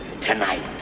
Tonight